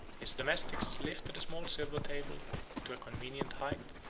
his domestics lifted a small silver table to a convenient height,